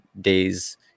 days